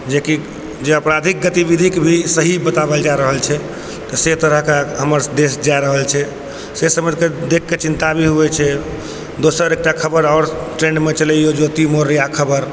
जेकि जे आपराधिक गतिविधिके भी सही बतावल जा रहल छै तऽ से तरहके हमर देश जा रहल छै से सब देखकऽ चिन्ता भी होइ छै दोसर एकटा खबर आओर ट्रेन्डमे छलै ई ज्योति मौर्या खबर